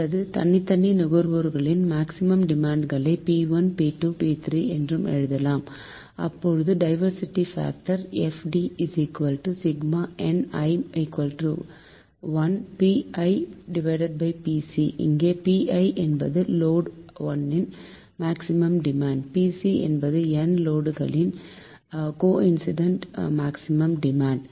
அல்லது தனித்தனி நுகர்வோர்களின் மேக்சிமம் டிமாண்ட்களை P1 P2 P3 என்று எழுதினால் அப்போது டைவர்ஸிட்டி பாக்டர் FD i1npipc இங்கே Pi என்பது லோடு I ன் மேக்சிமம் டிமாண்ட் P c என்பது n லோடுகளின் கோஇன்சிடென்ட் மேக்சிமம் டிமாண்ட்